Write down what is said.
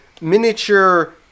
miniature